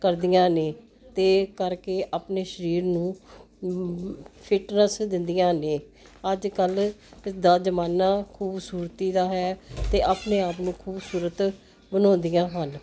ਕਰਦੀਆਂ ਨੇ ਤੇ ਕਰਕੇ ਆਪਣੇ ਸਰੀਰ ਨੂੰ ਫਿਟ ਰਸ ਦਿੰਦੀਆਂ ਨੇ ਅੱਜ ਕੱਲ ਦਾ ਜਮਾਨਾ ਖੂਬਸੂਰਤੀ ਦਾ ਹੈ ਤੇ ਆਪਣੇ ਆਪ ਨੂੰ ਖੂਬਸੂਰਤ ਬਣਾਉਂਦੀਆਂ ਹਨ